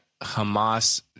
Hamas